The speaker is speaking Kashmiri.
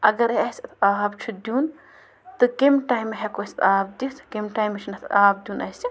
اَگرَے اَسہِ آب چھُ دیُن تہٕ کیٚمۍ ٹایمہٕ ہٮ۪کو أسۍ آب دِتھ کیٚمۍ ٹایمہٕ چھُنہٕ اَتھ آب دیُن اَسہِ